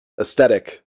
aesthetic